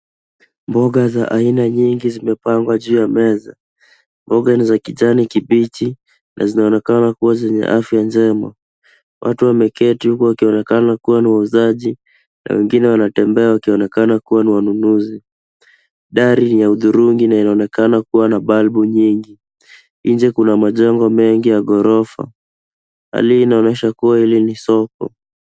Mboga za aina nyingi zimepangwa juu ya meza. Mboga ni za kijani kibichi na zinaonekana kuwa zenye afya njema. Watu wameketi wakionekana kuwa ni wauzaji na wengine wanatembea wakionekana kuwa ni wanunuzi. Dari ni la hudhurungi na linaonekana kuwa na balbu nyingi. Nje kuna majengo mengi ya ghorofa. Hali inaonyesha kuwa hili ni soko.